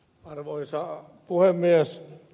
arvoisa puhemies